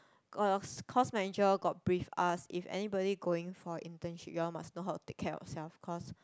course course manager got brief us if anybody going for internship you all must know how to take care of yourself cause